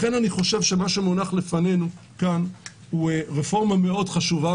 לכן אני חושב שמה שמונח לפנינו כאן הוא רפורמה מאוד חשובה,